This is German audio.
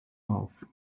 auf